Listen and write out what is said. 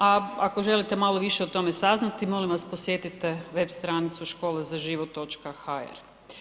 A ako želite malo više o tome saznati, molim vas posjetite web stranicu školazaživot.hr.